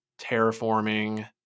terraforming